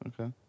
Okay